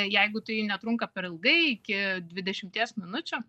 jeigu tai netrunka per ilgai iki dvidešimties minučių